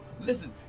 listen